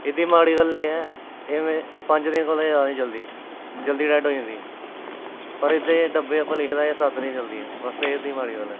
एह्दी माड़ी गल्ल एह् ऐ एह् पंज दिनें कोला जैदा निं चलदी जल्दी डैड्ड होई जंदी पर एह्दे डब्बे उप्पर लिखे दा एह् सत्त म्हीने चलदी ऐ बस एह् एह्दी माड़ी गल्ल ऐ